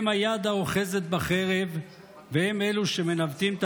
הם היד האוחזת בחרב והם אלו שמנווטים את